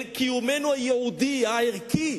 על קיומנו הייעודי, הערכי.